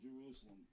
Jerusalem